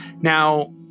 Now